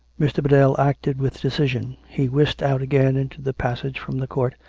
mr. biddell acted with decision. he whisked out again into the passage from the court,